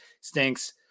stinks